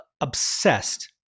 obsessed